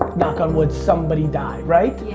knock on wood, somebody died, right?